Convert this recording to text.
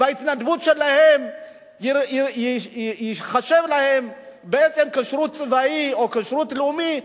וההתנדבות שלהם תיחשב להם בעצם כשירות צבאי או כשירות לאומי,